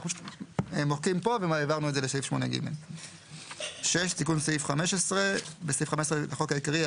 אנחנו מוחקים פה והעברנו את זה לסעיף 8ג. תיקון סעיף 15 6. בסעיף 15 לחוק העיקרי,